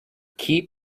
keep